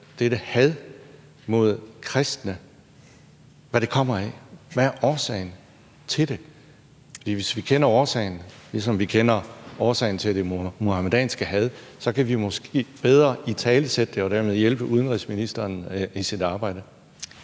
dette had mod kristne kommer af. Hvad er årsagen til det? For hvis vi kender årsagen til det, ligesom vi også kender årsagen til det muhammedanske had, så kan vi måske bedre italesætte det og dermed hjælpe udenrigsministeren i sit arbejde.